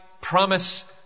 promise